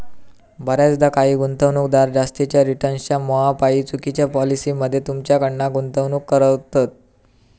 बऱ्याचदा काही गुंतवणूकदार जास्तीच्या रिटर्न्सच्या मोहापायी चुकिच्या पॉलिसी मध्ये तुमच्याकडना गुंतवणूक करवतत